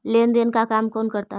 लेन देन का काम कौन करता है?